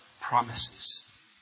promises